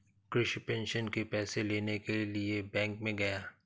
Krishna pension के पैसे लेने के लिए बैंक में गया